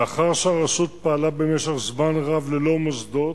לאחר שהרשות פעלה במשך זמן רב ללא מוסדות,